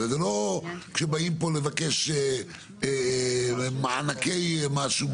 זה לא שבאים פה לבקש מענקי משהו.